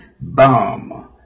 bomb